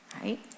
right